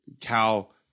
Cal